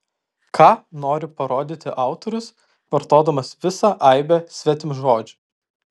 ką nori parodyti autorius vartodamas visą aibę svetimžodžių